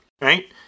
right